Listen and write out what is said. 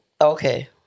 okay